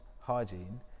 hygiene